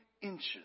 inches